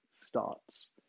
starts